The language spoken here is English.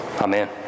Amen